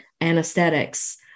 anesthetics